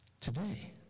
today